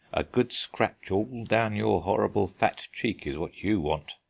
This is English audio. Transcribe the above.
a good scratch all down your horrible fat cheek is what you want,